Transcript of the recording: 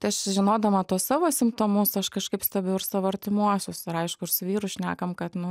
tai aš žinodama tuos savo simptomus aš kažkaip stebiu ir savo artimuosius ir aišku ir su vyru šnekam kad nu